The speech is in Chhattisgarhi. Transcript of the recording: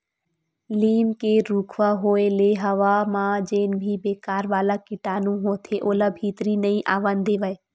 लीम के रूखवा होय ले हवा म जेन भी बेकार वाला कीटानु होथे ओला भीतरी नइ आवन देवय